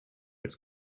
its